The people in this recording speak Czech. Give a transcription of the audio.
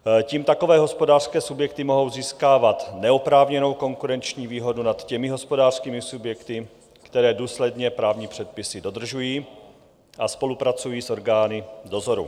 Tím takové hospodářské subjekty mohou získávat neoprávněnou konkurenční výhodu nad hospodářskými subjekty, které důsledně právní předpisy dodržují a spolupracují s orgány dozoru.